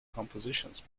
compositions